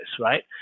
right